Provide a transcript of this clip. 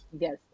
Yes